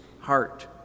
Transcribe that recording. heart